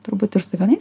turbūt ir su vienais